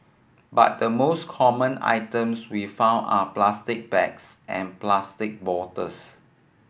but the most common items we find are plastic bags and plastic bottles